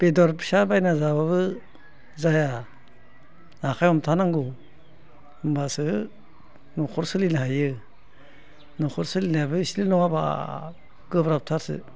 बेदर फिसा बायना जाबाबो जाया आखाइ हमथा नांगौ होनबासो न'खर सोलिनो हायो न'खर सोलिनायाबो इसेल' नङा बाब गोब्राब थारसो